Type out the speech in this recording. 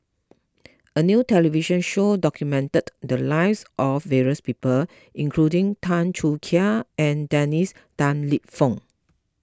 a new television show documented the lives of various people including Tan Choo Kai and Dennis Tan Lip Fong